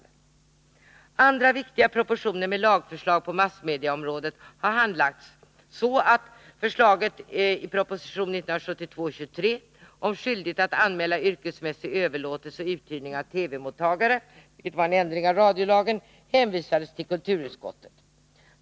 Även andra viktiga propositioner med lagförslag på massmedieområdet har handlagts. Förslaget i proposition 1972:23 om skyldighet att anmäla yrkesmässig överlåtelse och uthyrning av TV-mottagare hänvisades exempelvis till kulturutskottet.